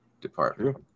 department